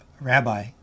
rabbi